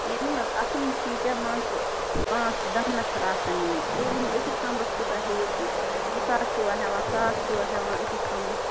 یِم نہَ حظ آسان نہٕ تیٖتیٛاہ مان ژٕ پانٛژھ دَہ نفر آسان یِم تُہۍ ؤنِو أکِس کَمرَس کوٗتاہ ہیٚیِو تُہۍ زٕ ساس چھُوا ہٮ۪وان ساس چھُوا ہٮ۪وان أکِس کمرَس